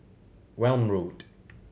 Welm Road